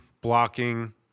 blocking